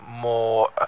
more